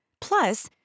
plus